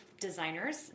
designers